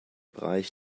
bereich